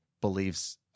believes